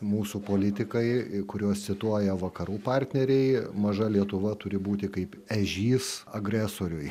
mūsų politikai kuriuos cituoja vakarų partneriai maža lietuva turi būti kaip ežys agresoriui